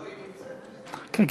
לא, היא נמצאת.